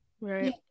right